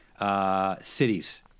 cities